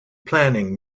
planning